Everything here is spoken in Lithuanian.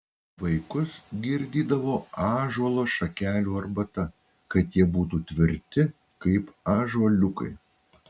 vaikus girdydavo ąžuolo šakelių arbata kad jie būtų tvirti kaip ąžuoliukai